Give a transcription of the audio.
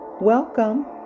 welcome